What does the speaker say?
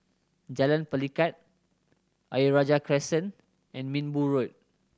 Jalan Pelikat Ayer Rajah Crescent and Minbu Road